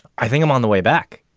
i think i'm on the way back.